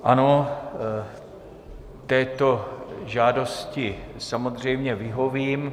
Ano, této žádosti samozřejmě vyhovím.